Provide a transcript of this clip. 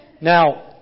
Now